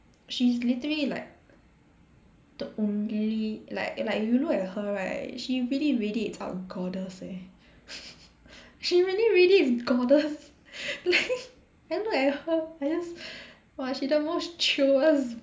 she's literally like the only like like you look at her right she really really is some goddess eh she really ready is goddess like I look at her I just !wah! she the most chioest